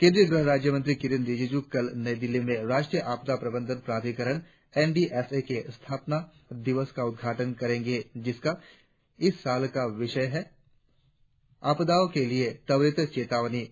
केंद्रीय गृह राज्यमंत्री किरेन रिजिजू कल नई दिल्ली में राष्ट्रीय आपदा प्रबंध प्राधिकरण एन डी एस ए के स्थापना दिवस का उदघाटन करेंगे जिसका इस साल विषय आपदाओं के लिए त्वरित चेतावनी है